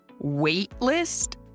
waitlist